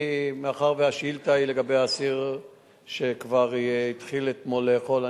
מאחר שהשאילתא היא לגבי אסיר שכבר התחיל אתמול לאכול,